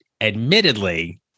admittedly